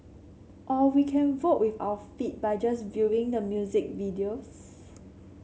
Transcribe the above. or we can vote with our feet by just viewing the music videos